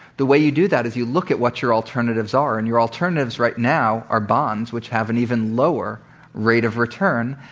the way you do that is you look at what your alternatives are. and your alternatives right now are bonds which have an even lower rate of return.